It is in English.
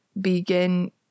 begin